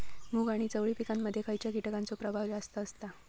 मूग आणि चवळी या पिकांमध्ये खैयच्या कीटकांचो प्रभाव जास्त असता?